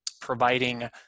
providing